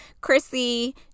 Chrissy